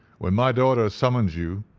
when my daughter summons you,